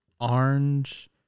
orange